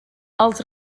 els